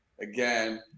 again